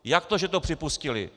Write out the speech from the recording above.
Jak to, že to připustili?